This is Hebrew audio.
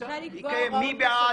מי בעד?